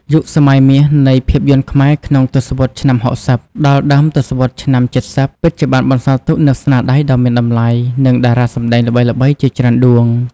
យុគសម័យមាសនៃភាពយន្តខ្មែរក្នុងទសវត្សរ៍ឆ្នាំ៦០ ដល់ដើមទសវត្សរ៍ឆ្នាំ៧០ ពិតជាបានបន្សល់ទុកនូវស្នាដៃដ៏មានតម្លៃ និងតារាសម្ដែងល្បីៗជាច្រើនដួង។